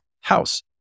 house